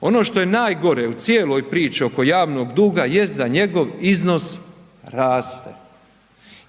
Ono što je najgore u cijeloj priči oko javnog duga jest da njegov iznos raste.